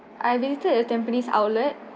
I visited the Tampines outlet